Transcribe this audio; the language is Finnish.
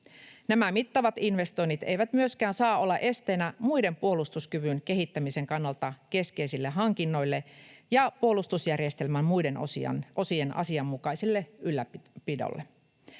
Nämä mittavat investoinnit eivät myöskään saa olla esteenä muille puolustuskyvyn kehittämisen kannalta keskeisille hankinnoille ja puolustusjärjestelmän muiden osien asianmukaiselle ylläpidolle.